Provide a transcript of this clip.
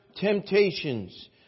temptations